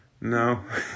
No